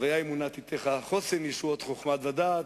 "והיה אמונת עתיך חסן ישועת חכמת ודעת"